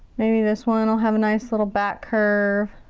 maybe this one will have a nice little back curve.